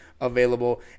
available